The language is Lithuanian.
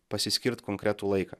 pasiskirt konkretų laiką